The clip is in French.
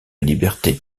liberté